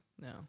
No